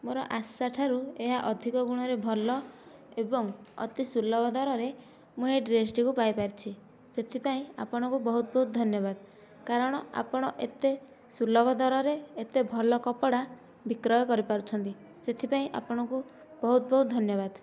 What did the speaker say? ମୋର ଆଶାଠାରୁ ଏହା ଅଧିକ ଗୁଣରେ ଭଲ ଏବଂ ଅତି ସୁଲଭ ଦରରେ ମୁଁ ଏଇ ଡ୍ରେସ୍ଟିକୁ ପାଇପାରିଛି ସେଥିପାଇଁ ଆପଣଙ୍କୁ ବହୁତ ବହୁତ ଧନ୍ୟବାଦ କାରଣ ଆପଣ ଏତେ ସୁଲଭ ଦରରେ ଏତେ ଭଲ କପଡ଼ା ବିକ୍ରୟ କରିପାରୁଛନ୍ତି ସେଥିପାଇଁ ଆପଣଙ୍କୁ ବହୁତ ବହୁତ ଧନ୍ୟବାଦ